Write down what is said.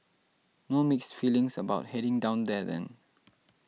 no mixed feelings about heading down there then